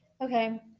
Okay